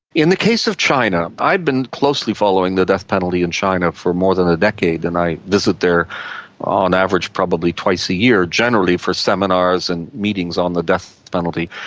in the case of china, i'd been closely following the death penalty in china for more than a decade and i visit there on average probably twice a year, generally for seminars and meetings on the death penalty.